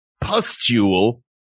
pustule